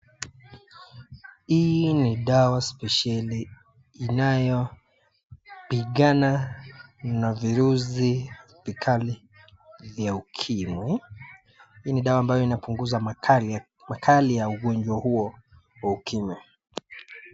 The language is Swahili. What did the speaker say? Hii ni dawa spesheli ambayo inapigana na virusi vikali vya ukimwi. Hii ni dawa ambayo inapunguza makali ya ugonjwa huo wa ukimwi.